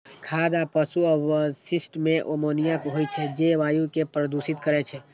खाद आ पशु अवशिष्ट मे अमोनिया होइ छै, जे वायु कें प्रदूषित करै छै